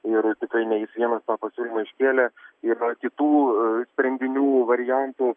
ir tikrai ne jis vienas tą pasiūlymą iškėlė yra kitų sprendinių variantų